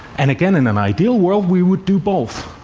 and again, in an ideal world, we would do both.